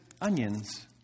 onions